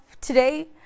today